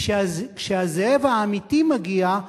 כי כשהזאב האמיתי מגיע,